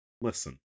listen